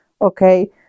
okay